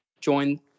Join